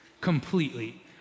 completely